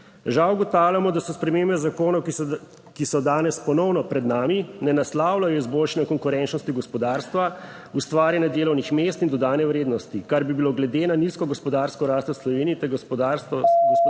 Žal ugotavljamo, da so spremembe zakonov, ki so danes ponovno pred nami, ne naslavljajo izboljšanja konkurenčnosti gospodarstva, ustvarjanja delovnih mest in dodane vrednosti, kar bi bilo glede na nizko gospodarsko rast v Sloveniji